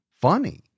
funny